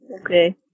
Okay